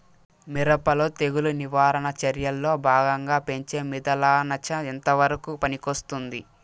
మిరప లో తెగులు నివారణ చర్యల్లో భాగంగా పెంచే మిథలానచ ఎంతవరకు పనికొస్తుంది?